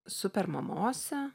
super mamose